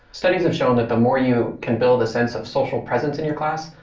studies have shown that the more you can build a sense of social presence in your class,